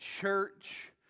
church